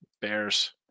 Bears